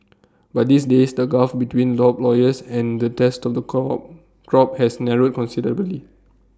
but these days the gulf between lop lawyers and the test of the cop crop has narrowed considerably